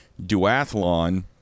duathlon